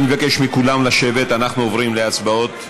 אני מבקש מכולם לשבת, אנחנו עוברים להצבעות.